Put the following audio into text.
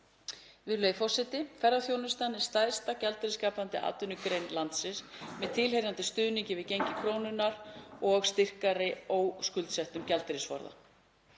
Virðulegi forseti. Ferðaþjónustan er stærsta gjaldeyrisskapandi atvinnugrein landsins með tilheyrandi stuðningi við gengi krónunnar og með styrkari óskuldsettum gjaldeyrisforða.